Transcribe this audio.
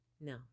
No